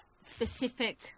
specific